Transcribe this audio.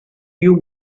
few